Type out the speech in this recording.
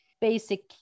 basic